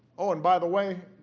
oh, and by the way,